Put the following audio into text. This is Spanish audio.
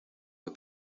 que